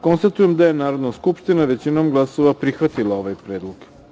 Konstatujem da je Narodna skupština većinom glasova prihvatila ovaj predlog.